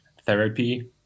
therapy